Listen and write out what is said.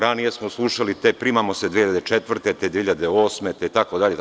Ranije smo slušali te primamo se 2004, te 2008. godine itd.